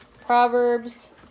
Proverbs